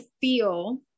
feel